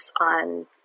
on